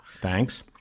Thanks